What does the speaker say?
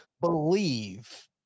believe